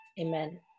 Amen